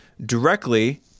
directly